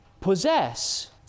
possess